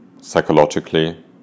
psychologically